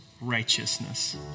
righteousness